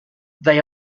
they